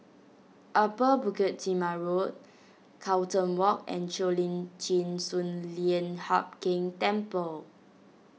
Upper Bukit Timah Road Carlton Walk and Cheo Lim Chin Sun Lian Hup Keng Temple